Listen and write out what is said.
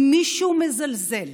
אם מישהו מזלזל